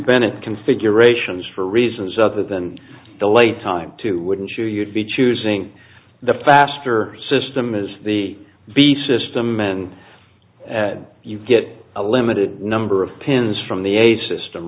bennett configurations for reasons other than the late time too wouldn't you you'd be choosing the faster system is the be system and you get a limited number of pins from the a system